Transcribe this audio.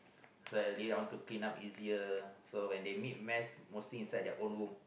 so then I want to clean up easier so when they make mess mostly inside their own room